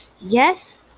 Yes